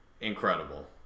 incredible